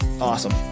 awesome